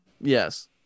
yes